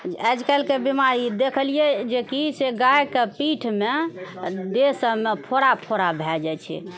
आज कलके बिमारी देखलियै जेकि से गायके पीठमे देहसभमे फोड़ा फोड़ा भए जाइत छै